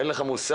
אין לך מושג,